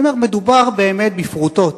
אני אומר, מדובר באמת בפרוטות.